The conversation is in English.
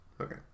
Okay